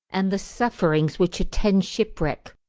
and the sufferings which attend shipwreck,